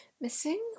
missing